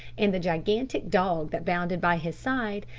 and the gigantic dog that bounded by his side,